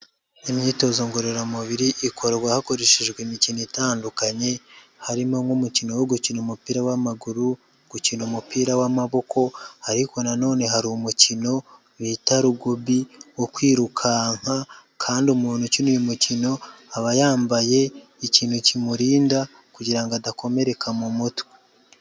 Imyitozo ngororamubiri, ikorwa hakoreshejwe imikino itandukanye, harimo nk'umukino wo gukina umupira w'amaguru, gukina umupira w'amaboko, ariko nanone hari umukino bita Rugby wo kwirukanka kandi umuntu ukina uyu mukino aba yambaye ikintu kimurinda kugira adakomereka mu mutwe.